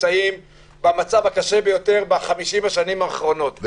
שנמצאים במצב הקשה ביותר ב-50 שנה האחרונות.